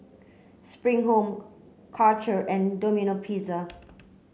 Spring Home Karcher and Domino Pizza